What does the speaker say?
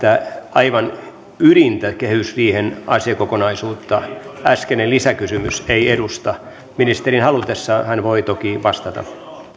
aivan ydintä kehysriihen asiakokonaisuudessa äskeinen lisäkysymys ei edusta ministeri halutessaan voi toki vastata